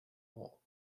all